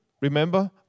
Remember